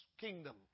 kingdom